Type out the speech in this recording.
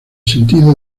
sentido